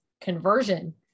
conversion